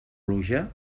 pluja